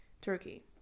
turkey